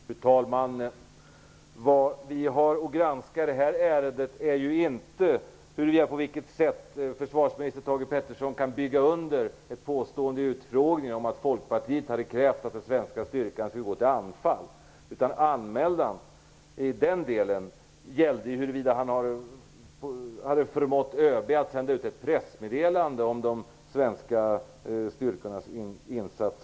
Fru talman! I det här ärendet har vi ju inte att granska på vilket sätt försvarsminister Thage G Peterson kan bygga under ett påstående i utfrågningen om att Folkpartiet krävde att den svenska styrkan skulle gå till anfall. Anmälan i den delen gällde huruvida han hade förmått ÖB att sända ut ett pressmeddelande om de svenska styrkornas insats.